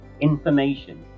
Information